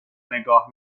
نگاه